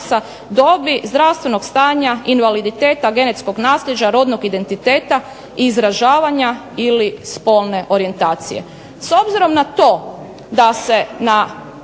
dobi, zdravstvenog stanja, invaliditeta, genetskog nasljeđa, rodnog identiteta, izražavanja ili spolne orijentacije. S obzirom na to da se na